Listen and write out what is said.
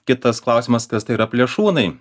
kitas klausimas kas tai yra plėšrūnai